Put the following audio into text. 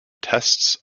tests